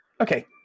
Okay